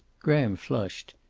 graham flushed.